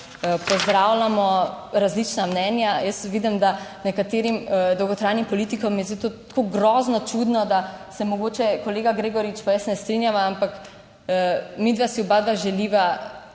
Pozdravljamo različna mnenja. Jaz vidim, da nekaterim dolgotrajnim politikom je zato tako grozno čudno, da se mogoče kolega Gregorič pa jaz ne strinjava, ampak midva si oba želiva